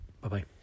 bye-bye